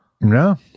No